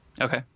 Okay